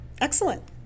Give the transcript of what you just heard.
Excellent